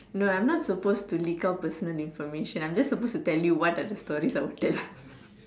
no I'm not supposed to leak out personal information I'm just supposed to tell you what are the stories I'll tell you